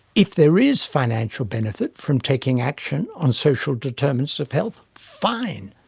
if there is financial benefit from taking action on social determinants of health, fine.